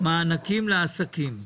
מענקים לעסקים.